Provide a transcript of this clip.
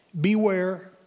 beware